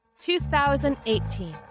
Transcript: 2018